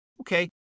Okay